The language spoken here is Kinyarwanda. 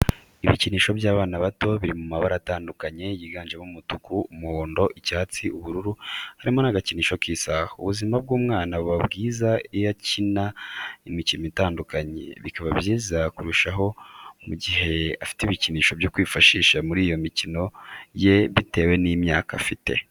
Ibikinisho by'abana bato biri mu mabara atandukanye yiganjemo umutuku, umuhondo, icyatsi, ubururu, harimo n'agakinisho k'isaha, ubuzima bw'umwana buba bwiza iyo akina imikino itandukanye, bikaba byiza kurushaho mu gihe afite ibikinisho byo kwifashisha muri iyo mikino ye bitewe n'imyaka afite.